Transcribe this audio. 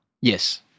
Yes